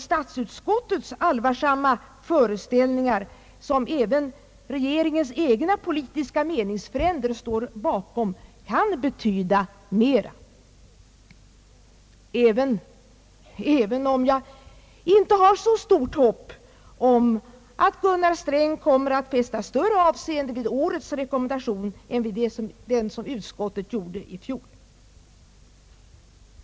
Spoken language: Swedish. Statsutskottets allvarsamma föreställningar, som även regeringens egna politiska meningsfränder står bakom, kan betyda mera, även om jag inte har så stort hopp om att Gunnar Sträng kommer att fästa större avseende vid årets rekommendation än vid den som utskottet gjorde i fjol.